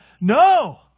No